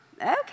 okay